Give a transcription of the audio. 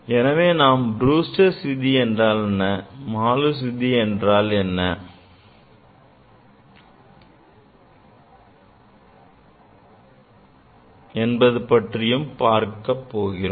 எனவே நாம் Brewster's விதி என்றால் என்ன Malus விதி என்றால் என்ன என்பது பற்றியும் பார்க்கப் போகிறோம்